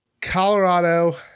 Colorado